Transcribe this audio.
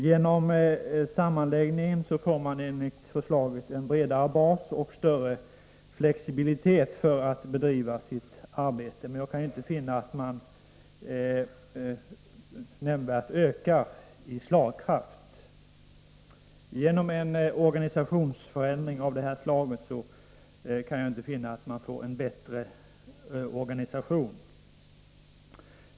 Genom sammanläggningen av åklagardistrikt får man, enligt förslaget, en bredare bas och större flexibilitet för att bedriva sitt arbete, men jag kan inte finna att man ökar nämnvärt i slagkraft. Genom en organisationsförändring av detta slag kan jag inte finna att man får en bättre organisation.